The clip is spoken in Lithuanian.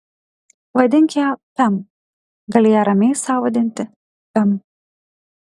vadink ją pem gali ją ramiai sau vadinti pem